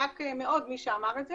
צדק מאוד מי שאמר את זה,